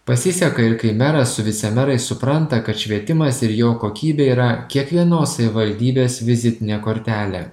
pasiseka ir kai meras su vicemerais supranta kad švietimas ir jo kokybė yra kiekvienos savivaldybės vizitinė kortelė